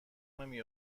نمی